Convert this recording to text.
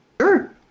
sure